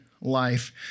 life